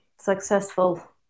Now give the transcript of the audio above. successful